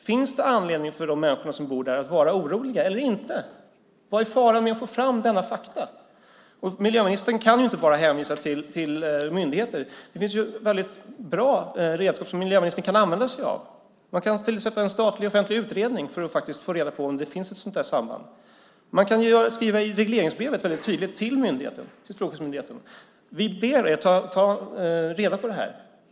Finns det anledning för människorna som bor där att vara oroliga eller inte? Vad är faran med att få fram dessa fakta? Miljöministern kan inte bara hänvisa till myndigheter. Det finns bra redskap som miljöministern kan använda sig av. Man kan tillsätta en statlig offentlig utredning för att få reda på om det finns ett sådant samband. Man kan i regleringsbrevet till Strålsäkerhetsmyndigheten tydligt skriva in: Vi ber er ta reda på detta.